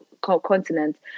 continent